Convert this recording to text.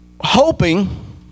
hoping